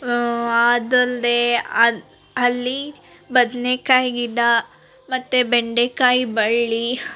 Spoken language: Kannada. ಅದಲ್ಲದೆ ಅಲ್ಲಿ ಬದ್ನೆಕಾಯಿ ಗಿಡ ಮತ್ತು ಬೆಂಡೆಕಾಯಿ ಬಳ್ಳಿ